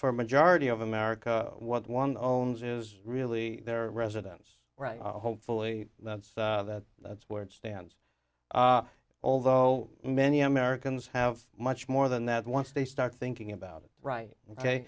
for a majority of america what one owns is really their residence right hopefully that's that's where it stands although many americans have much more than that once they start thinking about it right ok